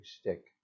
stick